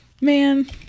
man